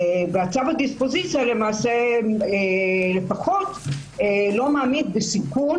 צו הדיספוזיציה לפחות לא מעמיד בסיכון